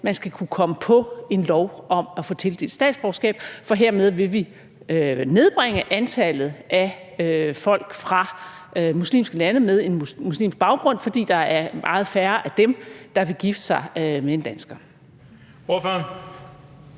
man skal kunne komme på et lovforslag om at få tildelt statsborgerskab, for hermed vil vi nedbringe antallet af folk fra muslimske lande med en muslimsk baggrund, fordi der så er meget færre af dem, der vil gifte sig med en dansker. Kl.